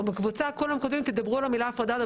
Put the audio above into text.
בקבוצה כולם כותבים תדברו על המילה הפרדה.